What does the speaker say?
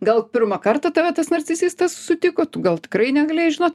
gal pirmą kartą tave tas narcisistas sutiko tu gal tikrai negalėjai žino